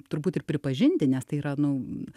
turbūt ir pripažinti nes tai yra nu